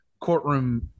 courtroom